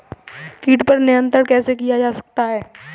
कीट पर नियंत्रण कैसे किया जा सकता है?